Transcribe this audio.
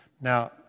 Now